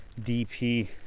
DP